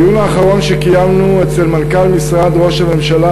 בדיון האחרון שקיימנו אצל מנכ"ל משרד ראש הממשלה,